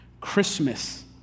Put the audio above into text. Christmas